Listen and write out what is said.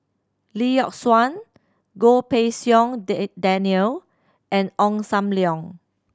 Lee Yock Suan Goh Pei Siong Daniel and Ong Sam Leong